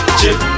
chip